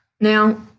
Now